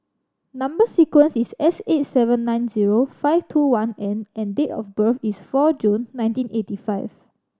number sequence is S eight seven nine zero five two one N and date of birth is four June nineteen eighty five